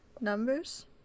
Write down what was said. numbers